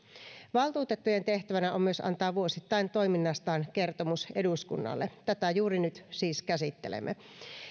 valtuutettujen tehtävänä on myös antaa vuosittain toiminnastaan kertomus eduskunnalle tätä juuri nyt siis käsittelemme